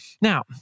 Now